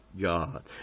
God